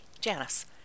Janice